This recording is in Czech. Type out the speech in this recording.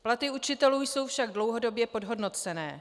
Platy učitelů jsou však dlouhodobě podhodnocené.